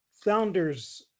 founders